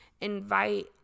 invite